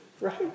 right